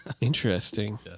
Interesting